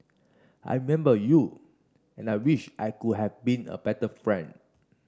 I remember you and I wish I could have been a better friend